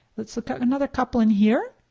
let's look at another couple in here.